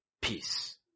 Peace